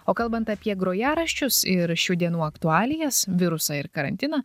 o kalbant apie grojaraščius ir šių dienų aktualijas virusą ir karantiną